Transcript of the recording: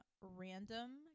random